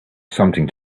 something